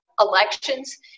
elections